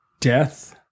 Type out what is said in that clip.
death